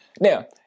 now